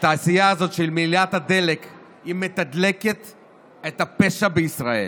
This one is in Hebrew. שהתעשייה הזאת של מהילת הדלק מתדלקת את הפשע בישראל.